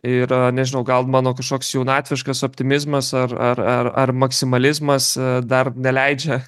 ir nežinau gal mano kažkoks jaunatviškas optimizmas ar ar ar ar maksimalizmas dar neleidžia